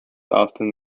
often